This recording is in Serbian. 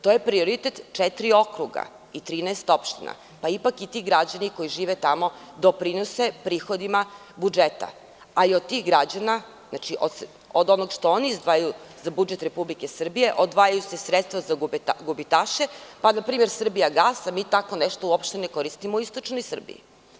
To je prioritet četiri okruga i 13 opština, pa ipak i ti građani koji žive tamo doprinose prihodima budžeta, a i od tih građana, od onoga što oni izdvajaju za budžet Republike Srbije, odvajaju se sredstva za gubitaše, pa npr. „Srbijagas“, a mi tako nešto uopšte ne koristimo u istočnoj Srbiji.